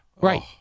Right